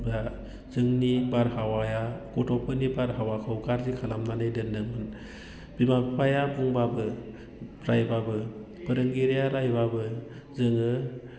बा जोंनि बारहावाया गथ'फोरनि बारहावाखौ गाज्रि खालामनानै दोन्दोंमोन बिमा बिफाया बुंबाबो रायबाबो फोरोंगिरिया रायबाबो जोङो